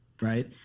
right